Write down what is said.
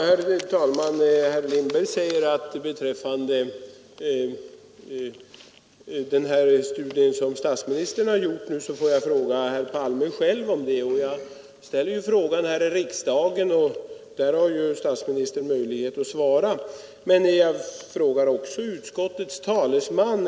Herr talman! Herr Lindberg säger att beträffande den studie som statsministern Palme har gjort så får jag fråga honom själv. Jag ställer frågan här i riksdagen, och statsministern har ju möjlighet att svara. Men jag riktar frågan också till utskottets talesman.